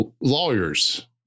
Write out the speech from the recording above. Lawyers